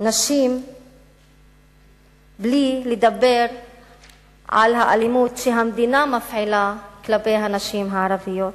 נשים בלי לדבר על האלימות שהמדינה מפעילה כלפי הנשים הערביות,